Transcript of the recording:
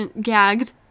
gagged